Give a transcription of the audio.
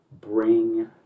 bring